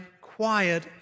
quiet